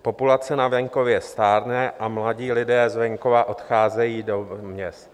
Populace na venkově stárne a mladí lidé z venkova odcházejí do měst.